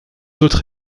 autres